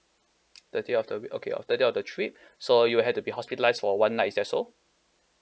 third day of the week okay third day of the trip so you had to be hospitalised for one night is that so